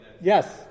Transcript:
Yes